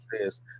says